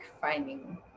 finding